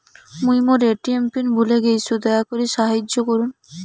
মুই মোর ATM pin ভুলে গেইসু, দয়া করি সাহাইয্য করুন